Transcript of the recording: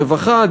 רווחה,